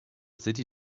city